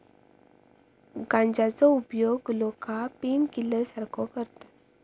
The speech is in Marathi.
गांजाचो उपयोग लोका पेनकिलर सारखो करतत